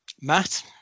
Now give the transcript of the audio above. Matt